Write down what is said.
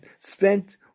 spent